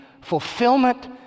fulfillment